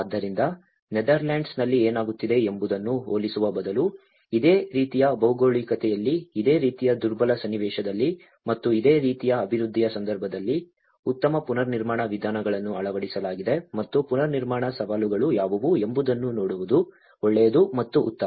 ಆದ್ದರಿಂದ ನೆದರ್ಲ್ಯಾಂಡ್ಸ್ನಲ್ಲಿ ಏನಾಗುತ್ತಿದೆ ಎಂಬುದನ್ನು ಹೋಲಿಸುವ ಬದಲು ಇದೇ ರೀತಿಯ ಭೌಗೋಳಿಕತೆಯಲ್ಲಿ ಇದೇ ರೀತಿಯ ದುರ್ಬಲ ಸನ್ನಿವೇಶದಲ್ಲಿ ಮತ್ತು ಇದೇ ರೀತಿಯ ಅಭಿವೃದ್ಧಿಯ ಸಂದರ್ಭದಲ್ಲಿ ಉತ್ತಮ ಪುನರ್ನಿರ್ಮಾಣ ವಿಧಾನಗಳನ್ನು ಅಳವಡಿಸಲಾಗಿದೆ ಮತ್ತು ಪುನರ್ನಿರ್ಮಾಣ ಸವಾಲುಗಳು ಯಾವುವು ಎಂಬುದನ್ನು ನೋಡುವುದು ಒಳ್ಳೆಯದು ಮತ್ತು ಉತ್ತಮ